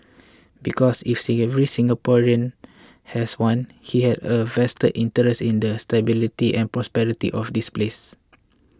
because if every Singaporean has one he has a vested interest in the stability and prosperity of this place